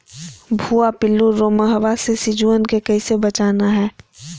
भुवा पिल्लु, रोमहवा से सिजुवन के कैसे बचाना है?